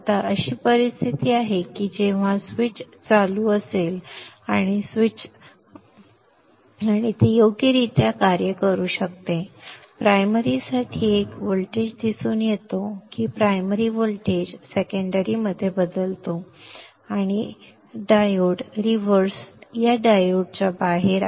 आता अशी परिस्थिती आहे की जेव्हा स्विच चालू असेल आणि स्विच चालू असेल तेव्हा ते योग्यरित्या कार्य करू शकते प्रायमरी साठी एक व्होल्टेज दिसून येतो की प्रायमरी व्होल्टेज सेकंडरी मध्ये बदलते आणि डायोड रिव्हर्स या डायोडच्या बाहेर आहे